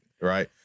right